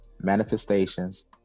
manifestations